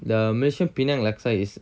the malaysian penang laksa is